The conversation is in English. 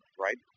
right